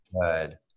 good